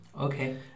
Okay